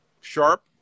Sharp